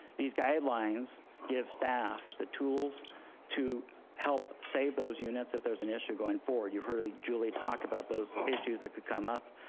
these guidelines give staff the tools to help save those units if there's an issue going forward. you've heard julie talk about those issues that could come up.